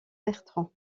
bertrand